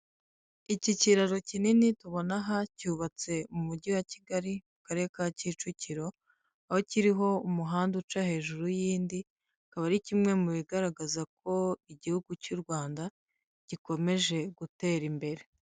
Iki kiraro kinini tubona aha cyubatse mu mujyi wa Kigali mu karere ka Kicukiro; aho kiriho umuhanda uca hejuru y'indi; kikba ari kimwe mu bigaragaza ko igihugu cy'u Rwanda gikomeje gutera imbere.